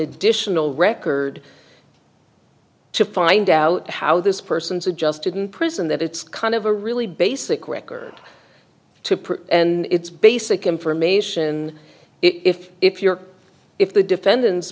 additional record to find out how this person is adjusted in prison that it's kind of a really basic record and it's basic information if if you're if the defendant